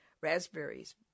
raspberries